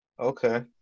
Okay